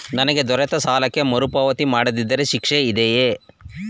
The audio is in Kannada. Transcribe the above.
ನನಗೆ ದೊರೆತ ಸಾಲಕ್ಕೆ ಮರುಪಾವತಿ ಮಾಡದಿದ್ದರೆ ಶಿಕ್ಷೆ ಇದೆಯೇ?